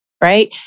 Right